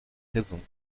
raison